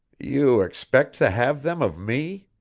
you expect to have them of me!